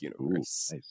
Universe